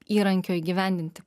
įrankio įgyvendinti